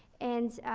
and,